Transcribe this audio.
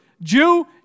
Jew